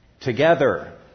Together